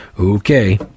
Okay